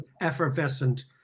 effervescent